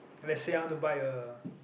let's say I want to buy a